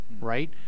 right